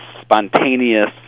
spontaneous